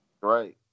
Right